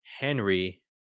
Henry